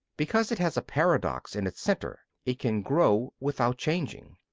because it has a paradox in its centre it can grow without changing.